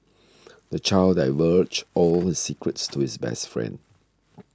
the child divulged all his secrets to his best friend